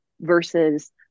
versus